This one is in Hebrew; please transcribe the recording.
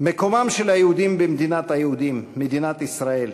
מקומם של היהודים במדינת היהודים, מדינת ישראל.